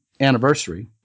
anniversary